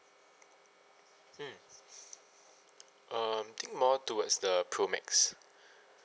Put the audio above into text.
mm um I think more towards the pro max